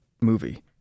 movie